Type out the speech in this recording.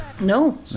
No